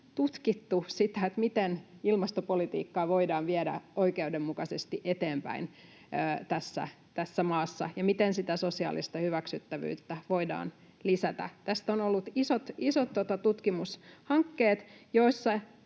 tutkittu sitä, miten ilmastopolitiikkaa voidaan viedä oikeudenmukaisesti eteenpäin tässä maassa ja miten sitä sosiaalista hyväksyttävyyttä voidaan lisätä. Tästä on ollut isot tutkimushankkeet, joissa